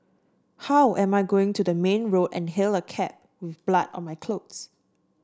how am I going to the main road and hail a cab with blood on my clothes